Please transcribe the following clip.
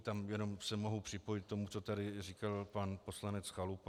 Tam jenom se mohu připojit k tomu, co tady říkal pan poslanec Chalupa.